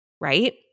right